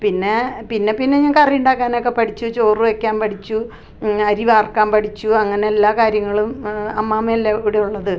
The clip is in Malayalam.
പിന്നേ പിന്നെ പിന്നെ ഞാൻ കറി ഉണ്ടാക്കാനൊക്കെ പഠിച്ചു ചോറ് വയ്ക്കാൻ പഠിച്ചു അരി വാർക്കാൻ പഠിച്ചു അങ്ങനെ എല്ലാ കാര്യങ്ങളും അമ്മാമയല്ലെ ഇവിടെ ഉള്ളത്